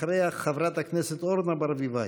אחריה, חברת הכנסת אורנה ברביבאי.